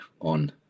on